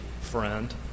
friend